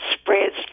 spreads